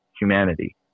humanity